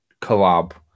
collab